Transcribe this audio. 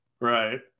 Right